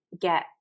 get